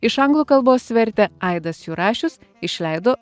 iš anglų kalbos vertė aidas jurašius išleido